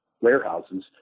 warehouses